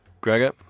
Gregor